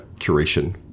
curation